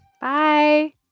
Bye